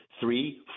three